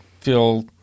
feel